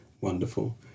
wonderful